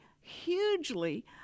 hugely